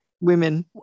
Women